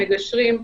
מגשרים,